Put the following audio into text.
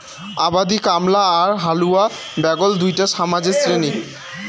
আবাদি কামলা আর হালুয়া ব্যাগল দুইটা সমাজের শ্রেণী